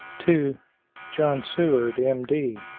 to john seward, m. d.